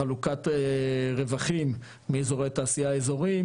חלוקת רווחים מאזורי התעשייה האזוריים,